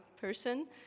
person